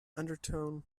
undertone